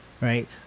right